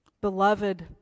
beloved